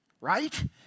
right